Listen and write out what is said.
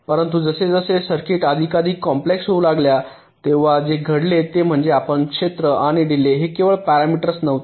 परंतु जसजसे सर्किट्स अधिकाधिक कॉम्प्लेक्स होऊ लागल्या तेव्हा जे घडले ते म्हणजे आपण क्षेत्र आणि डीले हे केवळ पॅरामीटरस नव्हते